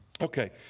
Okay